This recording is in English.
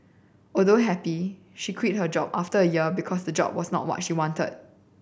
although happy she quit a job after a year because the job was not what she wanted